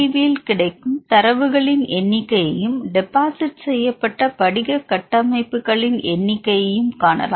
பியில் கிடைக்கும் தரவுகளின் எண்ணிக்கையையும் டெபாசிட் செய்யப்பட்ட படிக கட்டமைப்புகளின் crystal structure எண்ணிக்கையையும் காணலாம்